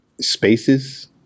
spaces